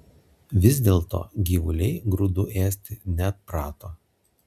vis dėlto gyvuliai grūdų ėsti neatprato